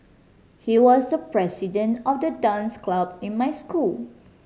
he was the president of the dance club in my school